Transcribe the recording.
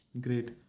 great